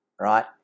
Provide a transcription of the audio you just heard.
right